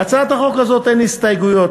להצעת החוק הזאת אין הסתייגויות.